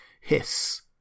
hiss